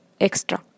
extra